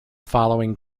following